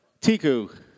Tiku